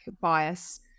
bias